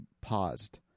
paused